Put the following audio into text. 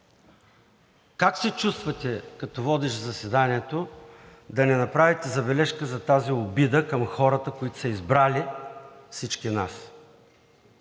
Как се чувствате като водещ заседанието да не направите забележка за тази обида към хората, които са избрали всички нас?